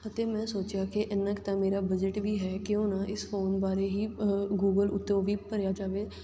ਅਤੇ ਮੈਂ ਸੋਚਿਆ ਕਿ ਐਨਾ ਕੁ ਤਾਂ ਮੇਰਾ ਬਜ਼ਟ ਵੀ ਹੈ ਕਿਉਂ ਨਾ ਇਸ ਫ਼ੋਨ ਬਾਰੇ ਹੀ ਗੂਗਲ ਉੱਤੋਂ ਵੀ ਭਰਿਆ ਜਾਵੇ